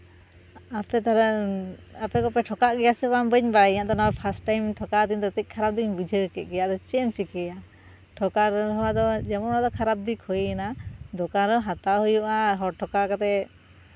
ᱟᱯᱮ ᱛᱟᱦᱞᱮ ᱟᱯᱮ ᱫᱚᱯᱮ ᱴᱷᱚᱠᱟᱜ ᱜᱮᱭᱟ ᱥᱮ ᱵᱟᱝ ᱵᱟᱹᱧ ᱵᱟᱲᱟᱭᱟ ᱱᱚᱣᱟ ᱯᱷᱟᱥᱴ ᱴᱟᱭᱤᱢ ᱴᱷᱚᱠᱟᱣ ᱛᱮᱫᱚ ᱠᱟᱹᱡ ᱠᱷᱟᱨᱟᱯ ᱫᱚᱧ ᱵᱩᱡᱷᱟᱹᱣ ᱠᱮᱜ ᱜᱮᱭᱟ ᱟᱫᱚ ᱪᱮᱜ ᱮᱢ ᱪᱤᱠᱟᱹᱭᱟ ᱴᱷᱚᱠᱟᱣ ᱮᱱ ᱨᱮᱦᱚᱸ ᱡᱮᱢᱚᱱ ᱟᱫᱚ ᱠᱷᱟᱨᱟᱯ ᱫᱤᱠ ᱦᱩᱭᱱᱟ ᱫᱚᱠᱟᱱ ᱨᱮ ᱦᱟᱛᱟᱣ ᱦᱩᱭᱩᱜᱼᱟ ᱦᱚᱲ ᱴᱷᱚᱠᱟᱣ ᱠᱟᱛᱮᱜ